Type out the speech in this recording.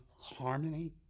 harmony